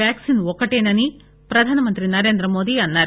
vaccine ఒక్కటేనని ప్రధానమంత్రి నరేంద్ర మోదీ అన్నారు